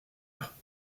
terre